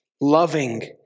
loving